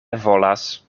volas